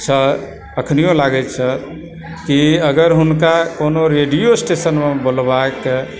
छै अखनियो लागैत छै कि अगर हुनका कोनो रेडियो स्टेशनमे बोलबाइके